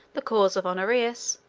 the cause of honorius,